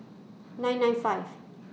nine nine five